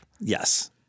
Yes